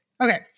Okay